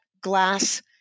glass